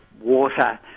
water